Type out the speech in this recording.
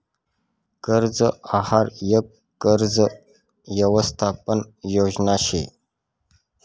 कर्ज आहार यक कर्ज यवसथापन योजना शे